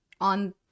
on